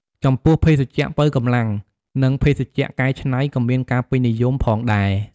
ចំពោះភេសជ្ជៈប៉ូវកម្លាំង និងភេសជ្ជៈកែច្នៃក៏មានការពេញនិយមផងដែរ។